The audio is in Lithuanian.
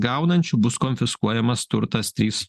gaunančių bus konfiskuojamas turtas trys